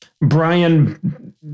Brian